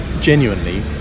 genuinely